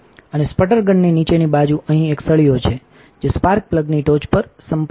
અને સ્પટર ગનની નીચેની બાજુ અહીં એક સળિયો છે જે સ્પાર્ક પ્લગની ટોચ પર સંપર્ક કરે છે